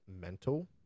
mental